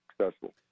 successful